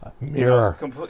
Mirror